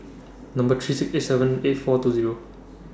Number three six eight seven eight four two Zero